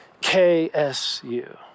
K-S-U